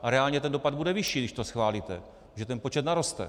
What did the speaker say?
A reálně dopad bude vyšší, když to schválíte, protože ten počet naroste.